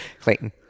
Clayton